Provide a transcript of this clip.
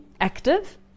active